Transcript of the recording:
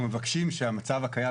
אנחנו מבקשים שהמצב הקיים,